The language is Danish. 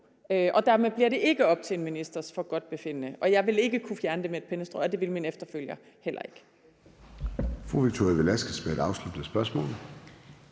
Dermed bliver det ikke op til en ministers forgodtbefindende. Jeg vil ikke kunne fjerne det med et pennestrøg, og det vil min efterfølger heller ikke